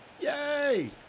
Yay